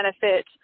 benefit